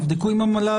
תבדקו עם המל"ל,